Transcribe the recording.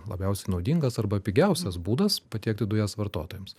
labiausiai naudingas arba pigiausias būdas patiekti dujas vartotojams